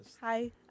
Hi